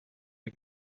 bir